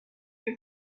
your